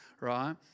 Right